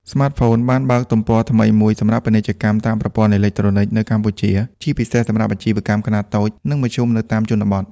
ស្មាតហ្វូនបានបើកទំព័រថ្មីមួយសម្រាប់ ពាណិជ្ជកម្មតាមប្រព័ន្ធអេឡិចត្រូនិក នៅកម្ពុជា ជាពិសេសសម្រាប់អាជីវកម្មខ្នាតតូច និងមធ្យមនៅតាមជនបទ។